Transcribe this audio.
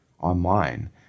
online